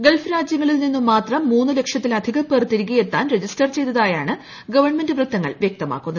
Gulf രാജ്യങ്ങളിൽ നിന്നു മാത്രം മൂന്നു ലക്ഷത്തിലധികം പേർ തിരികെയെത്താൻ രജിസ്റ്റർ ചെയ്തതായാണ് ഗവൺമെന്റ് വൃത്തങ്ങൾ വ്യക്തമാക്കുന്നത്